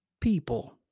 people